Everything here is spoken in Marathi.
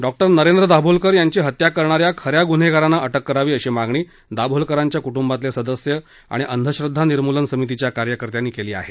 डॉक्टर नरेंद्र दाभोलकर यांची हत्या करणाऱ्या खऱ्या ग्न्हेगारांना अटक करावी अशी मागणी दाभोलकरांच्या कृटुंबातले सदस्य आणि अंधश्रदधा निर्मूलन समितीच्या कार्यकर्त्यांनी केली आहे